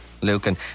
Lucan